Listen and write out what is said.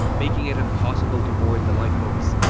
making it impossible to board the lifeboats.